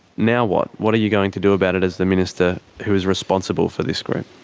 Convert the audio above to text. now what? what are you going to do about it as the minister who's responsible for this group?